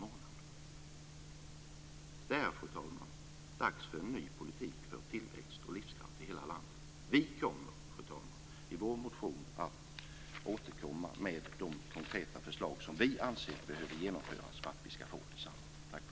Det är, fru talman, dags för en ny politik för tillväxt och livskraft i hela landet. Vi kommer i vår motion att återkomma med de konkreta förslag som vi anser behöver genomföras för att vi ska få detsamma.